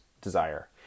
desire